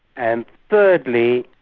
and thirdly,